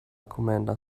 commander